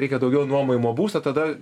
reikia daugiau nuomojamo būsto tada